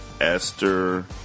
esther